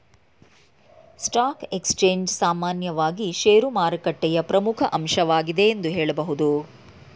stock exchange ಸಾಮಾನ್ಯವಾಗಿ ಶೇರುಮಾರುಕಟ್ಟೆಯ ಪ್ರಮುಖ ಅಂಶವಾಗಿದೆ ಎಂದು ಹೇಳಬಹುದು